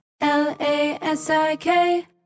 L-A-S-I-K